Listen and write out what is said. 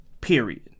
period